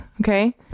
okay